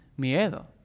miedo